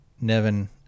Nevin